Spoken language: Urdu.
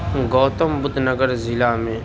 گوتم بدھ نگر ضلع میں